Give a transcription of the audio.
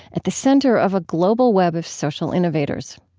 at the center of a global web of social innovators